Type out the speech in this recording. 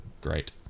Great